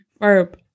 Verb